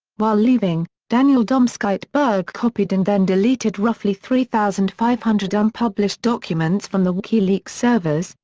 while leaving, daniel domscheit-berg copied and then deleted roughly three thousand five hundred unpublished documents from the wikileaks servers,